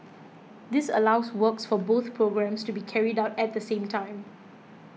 this allows works for both programmes to be carried out at the same time